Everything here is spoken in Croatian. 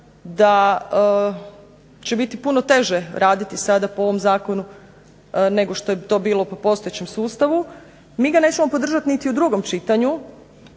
da će biti puno teže raditi sada po ovom zakonu nego što je to bilo po postojećem sustavu. Mi ga nećemo podržati niti u drugom čitanju